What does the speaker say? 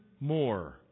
more